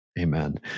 Amen